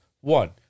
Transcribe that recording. One